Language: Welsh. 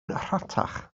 rhatach